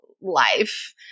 life